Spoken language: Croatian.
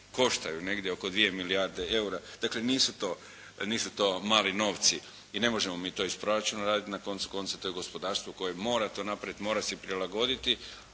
košta negdje oko 2 milijarde eura. Dakle nisu to mali novci i ne možemo to mi iz proračuna raditi. Na koncu konca to je gospodarstvo koje mora to napraviti, mora se prilagoditi